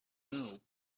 know